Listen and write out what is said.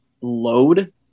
load